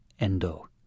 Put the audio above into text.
Endo